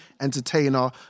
entertainer